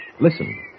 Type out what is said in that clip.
Listen